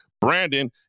Brandon